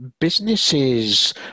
businesses